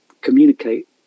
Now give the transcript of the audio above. communicate